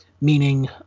meaning